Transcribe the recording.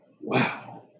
Wow